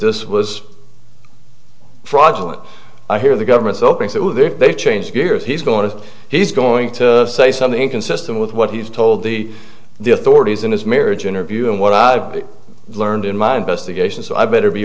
this was fraudulent i hear the government's open so that if they change gears he's going to he's going to say something inconsistent with what he's told the the authorities in his marriage interview and what i've learned in my investigation so i better be